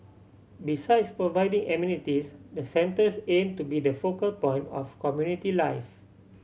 besides providing amenities the centres aim to be the focal point of community life